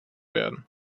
werden